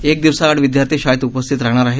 एक दिवसाआड विदयार्थी शाळेत उपस्थित राहणार आहेत